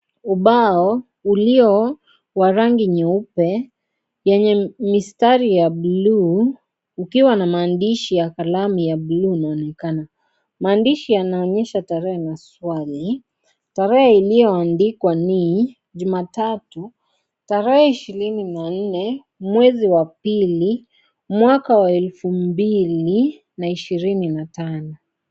Ubao ulio wa rangi nyeupe, yenye mstari ya bluu ukiwa na maandishi ya kalamu ya bluu inaonekana, maandishi yanaonyesha tarehe na swali. Tarehe iliyoandikwa ni jumatatu, tarehe 24, mwezi wa pili, mwaka wa 2025.